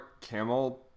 Camel